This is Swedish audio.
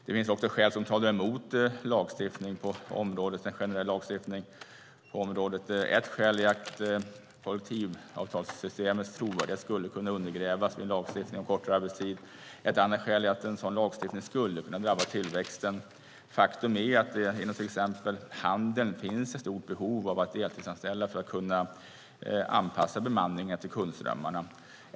Det finns också skäl som talar emot en generell lagstiftning på området. Ett skäl är att kollektivavtalssystemets trovärdighet skulle kunna undergrävas vid en lagstiftning om kortare arbetstid. Ett annat skäl är att en sådan lagstiftning skulle kunna drabba tillväxten. Faktum är ju att det inom till exempel handeln finns ett stort behov av att deltidsanställa för att kunna anpassa bemanningen efter kundströmmarna.